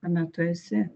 kame tu esi